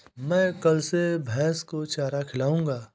मैं कल से भैस को चारा खिलाऊँगा